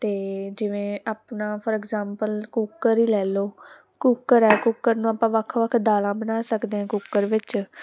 ਅਤੇ ਜਿਵੇਂ ਆਪਣਾ ਫੋਰ ਇਗਜ਼ਾਮਪਲ ਕੂਕਰ ਹੀ ਲੈ ਲਉ ਕੂਕਰ ਹੈ ਕੂਕਰ ਨੂੰ ਆਪਾਂ ਵੱਖ ਵੱਖ ਦਾਲਾਂ ਬਣਾ ਸਕਦੇ ਹੈ ਕੂਕਰ ਵਿੱਚ